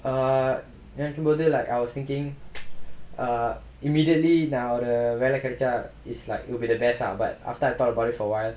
err எடுக்கும் போது:edukkum pothu like I was thinking err immediately நா ஒரு வேல கெடச்சா:naa oru vela kedachaa is like will be the best lah but after I thought about it for awhile